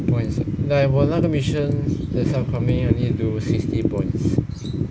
sixty point like 我那个 mission 等下我 commit need do sixty points